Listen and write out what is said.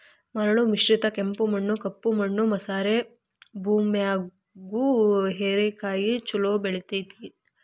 ಮರಳು ಮಿಶ್ರಿತ ಕೆಂಪು ಮಣ್ಣ, ಕಪ್ಪು ಮಣ್ಣು ಮಸಾರೆ ಭೂಮ್ಯಾಗು ಹೇರೆಕಾಯಿ ಚೊಲೋ ಬೆಳೆತೇತಿ